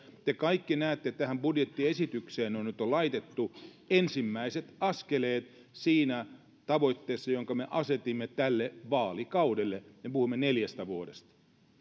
te kaikki näette että tähän budjettiesitykseen nyt on laitettu ensimmäiset askeleet siinä tavoitteessa jonka me asetimme tälle vaalikaudelle me puhumme neljästä vuodesta